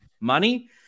money